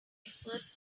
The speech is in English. experts